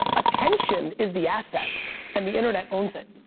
attention is the asset and the internet owns it.